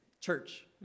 church